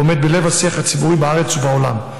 ועומד בלב השיח הציבורי בארץ ובעולם.